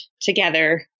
together